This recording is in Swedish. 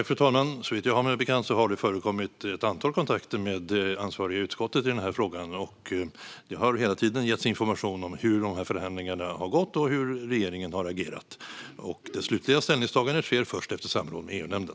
Fru talman! Såvitt jag har mig bekant har det förekommit ett antal kontakter med det ansvariga utskottet i den här frågan. Det har hela tiden getts information om hur förhandlingarna har gått och hur regeringen har agerat. Det slutliga ställningstagandet sker först efter samråd med EU-nämnden.